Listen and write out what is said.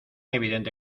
evidente